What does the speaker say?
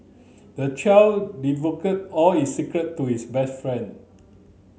the child all his secret to his best friend